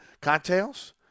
cocktails